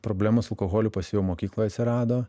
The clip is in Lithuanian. problemos su alkoholiu pas jį jau mokykloj atsirado